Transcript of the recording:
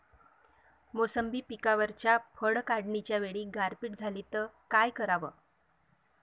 मोसंबी पिकावरच्या फळं काढनीच्या वेळी गारपीट झाली त काय कराव?